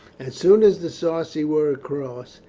as soon as the sarci were across,